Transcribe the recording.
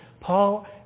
Paul